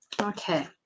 Okay